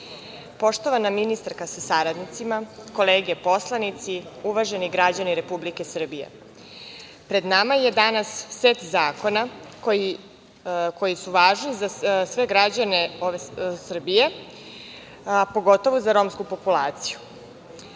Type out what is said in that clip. ministarka sa saradnicima, kolege poslanici, uvaženi građani Republike Srbije, pred nama je danas set zakona koji su važni za sve građane Srbije, pogotovo za romsku populaciju. Prva